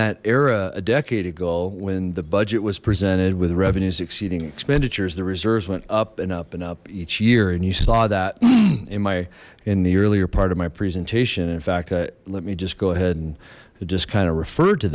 that era a decade ago when the budget was presented with revenues exceeding expenditures the reserves went up and up and up each year and you saw that mmm my in the earlier part of my presentation in fact i let me just go ahead and just kind of refer